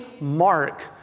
mark